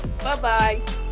Bye-bye